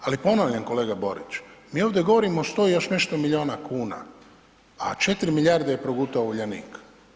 Ali ponavljam, kolega Borić, mi ovdje govorimo o 100 i još nešto milijuna kuna, a 4 milijarde je progutao Uljanik.